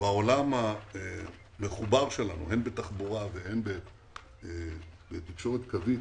בעולם המחובר שלנו הן בתחבורה והן תקשורת קווית,